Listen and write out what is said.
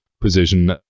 position